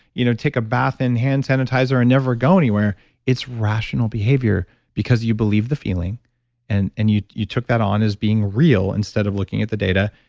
you know take a bath in hand sanitizer and never go anywhere it's rational behavior because you believe the feeling and and you you took that on as being real instead of looking at the data.